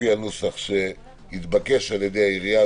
לפי הנוסח שהתבקש על ידי העירייה,